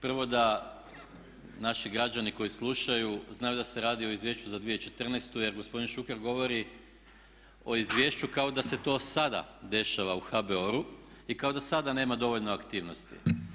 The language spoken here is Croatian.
Prvo da naši građani koji slušaju znaju da se radi o Izvješću za 2014. jer gospodin Šuker govori o izvješću kao da se to sada dešava u HBOR-u i kao da sada nema dovoljno aktivnosti.